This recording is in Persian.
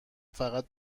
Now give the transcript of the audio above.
فقط